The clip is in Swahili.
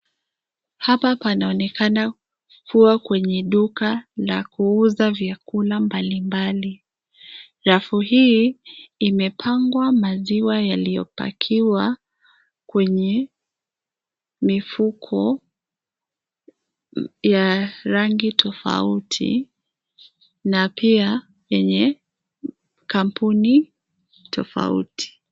Hapa panaonekana kua kwenye duka la kuuza vyakula mbalimbali. Rafu hii imepangwa maziwa yaliyopakiwa kwenye mifuko ya rangi tofauti na pia yenye kampuni tofauti.